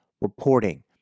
reporting